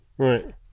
right